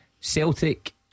Celtic